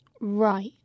Right